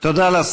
בסדר.